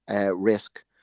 risk